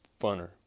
funner